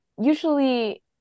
usually